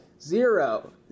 Zero